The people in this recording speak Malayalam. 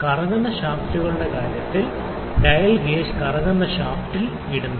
കറങ്ങുന്ന ഷാഫ്റ്റുകളുടെ കാര്യത്തിൽ ഡയൽ ഗേജ് കറങ്ങുന്ന ഷാഫ്റ്റിൽ ഇടുന്നു